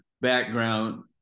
background